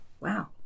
Wow